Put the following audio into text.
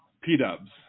P-dubs